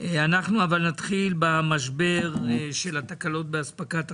נתחיל עם המשבר של התקלות באספקת החשמל.